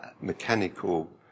mechanical